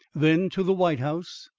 then to the white house,